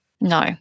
No